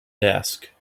desk